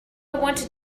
wanted